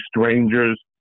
strangers